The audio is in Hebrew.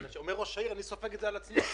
כאשר אומר ראש העיר: אני סופג את זה על עצמי.